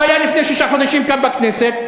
הוא היה לפני שישה חודשים כאן בכנסת.